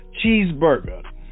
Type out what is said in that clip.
cheeseburger